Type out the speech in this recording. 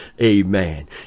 Amen